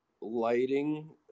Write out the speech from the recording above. lighting